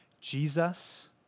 Jesus